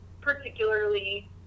particularly